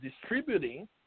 distributing